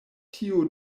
tio